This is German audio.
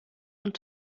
und